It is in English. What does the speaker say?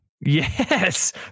Yes